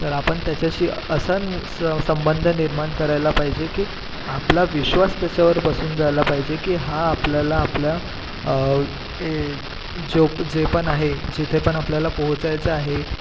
तर आपण त्याचाशी असा नि सं संबंध निर्माण करायला पाहिजे की आपला विश्वास त्याच्यावर बसून जायला पाहिजे की हा आपल्याला आपल्या ए जो जे पण आहे जिथे पण आपल्याला पोहोचायचं आहे